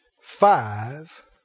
five